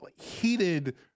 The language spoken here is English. heated